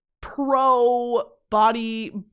pro-body